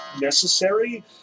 necessary